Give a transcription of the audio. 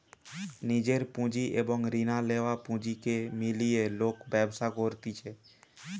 নিজের পুঁজি এবং রিনা লেয়া পুঁজিকে মিলিয়ে লোক ব্যবসা করতিছে